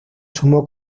sumó